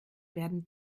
werden